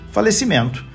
Falecimento